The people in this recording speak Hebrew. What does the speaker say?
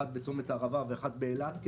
אחת בצומת הערבה ואחת באילת.